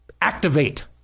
activate